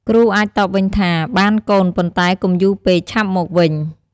គ្រូអាចតបវិញថា បានកូន ប៉ុន្តែកុំយូរពេក ឆាប់មកវិញ។